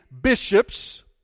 bishops